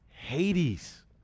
Hades